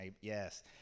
yes